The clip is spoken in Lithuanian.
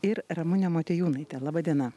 ir ramune motiejūnaite labadiena